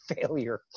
failure